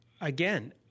again